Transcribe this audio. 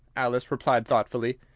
alice replied thoughtfully.